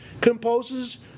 composes